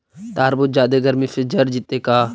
तारबुज जादे गर्मी से जर जितै का?